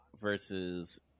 versus